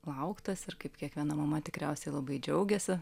lauktas ir kaip kiekviena mama tikriausiai labai džiaugiasi